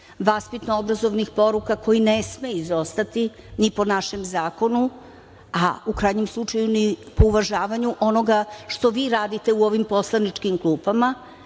vaspitno obrazovnih poruka, koji ne smeju izostati ni po našem zakonu, a u krajnjem slučaju ni uvažavanju onoga što vi radite vi u ovim poslaničkim grupama